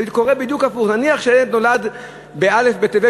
זה קורה בדיוק הפוך נניח שהילד נולד בא' בטבת,